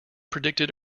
predicted